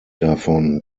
davon